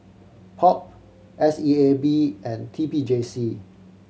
POP S E A B and T P J C